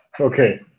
Okay